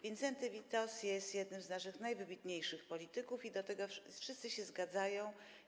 Wincenty Witos jest jednym z naszych najwybitniejszych polityków i co do tego wszyscy się zgadzają.